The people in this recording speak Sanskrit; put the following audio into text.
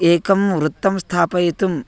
एकं वृत्तं स्थापयितुम्